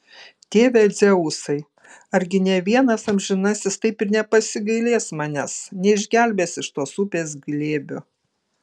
tėve dzeusai argi nė vienas amžinasis taip ir nepasigailės manęs neišgelbės iš tos upės glėbio